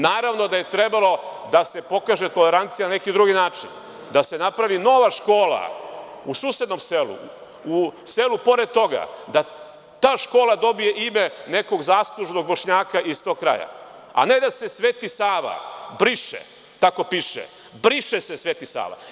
Naravno da je trebalo da se pokaže tolerancija na neki drugi način, da se napravi nova škola u susednom selu, u selu pored toga, da ta škola dobije ime nekog zaslužnog Bošnjaka iz tog kraja, a ne da se Sveti Sava briše, tako piše – briše se Sveti Sava.